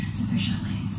sufficiently